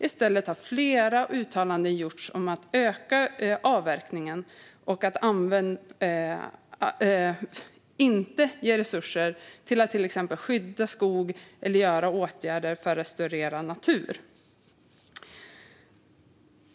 I stället har flera uttalanden gjorts om att öka avverkningen och att inte ge resurser till att till exempel skydda skog eller att vidta åtgärder för att restaurera natur.